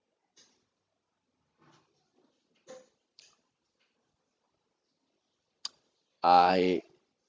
I